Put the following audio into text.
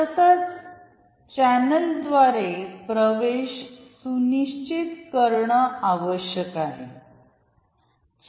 तसच चॅनेल द्वारे प्रवेश सुनिश्चित करणे आवश्यक आहे